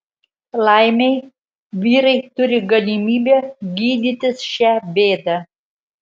laimei vyrai turi galimybę gydytis šią bėdą